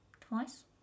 twice